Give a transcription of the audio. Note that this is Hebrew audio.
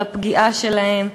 על הפגיעה בהם.